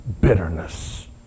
bitterness